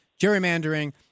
gerrymandering –